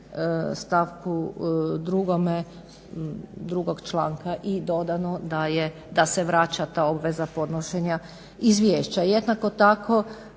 stavku 2. drugog članka i dodano da se vraća ta obveza podnošenja izvješća.